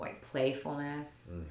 playfulness